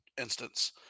instance